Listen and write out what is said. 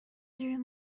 through